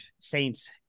Saints